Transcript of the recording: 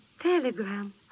Telegram